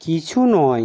কিছু নয়